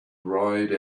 ride